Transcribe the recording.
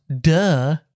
Duh